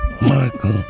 Michael